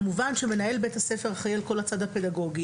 כמובן שמנהל בית הספר אחראי על כל הצד הפדגוגי,